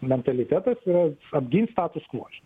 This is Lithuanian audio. mentalitetas yra apginti stasus kvo